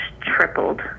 tripled